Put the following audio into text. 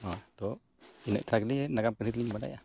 ᱦᱳᱭ ᱛᱚ ᱤᱱᱟᱹᱜᱴᱟᱜ ᱜᱮ ᱱᱟᱜᱟᱢ ᱠᱟᱹᱦᱱᱤ ᱫᱚᱞᱤᱧ ᱵᱟᱰᱟᱭᱟ